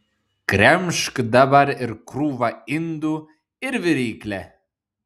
gremžk dabar ir krūvą indų ir viryklę